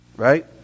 Right